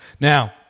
Now